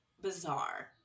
bizarre